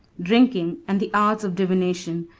drinking, and the arts of divination,